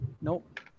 nope